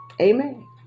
Amen